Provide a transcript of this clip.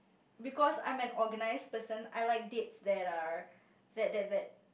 because I'm an organized person I like dates that are that that that